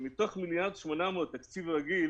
מתוך תקציב רגיל